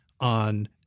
on